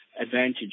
advantage